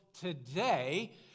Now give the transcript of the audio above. today